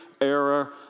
era